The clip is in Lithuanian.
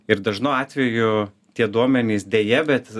ir dažnu atveju tie duomenys deja bet